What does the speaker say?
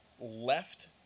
left